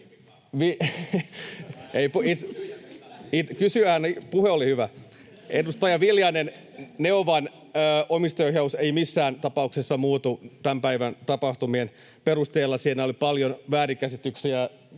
Kysyjän puhehan oli hyvä. Edustaja Viljanen — Neovan omistajaohjaus ei missään tapauksessa muutu tämän päivän tapahtumien perusteella. Siinä oli paljon väärinkäsityksiä,